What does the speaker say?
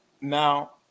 now